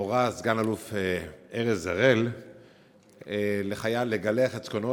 הורה סגן-אלוף ארז הראל לחייל לגלח את זקנו,